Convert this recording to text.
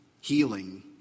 healing